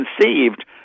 conceived